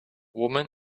woman